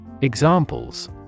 Examples